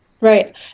Right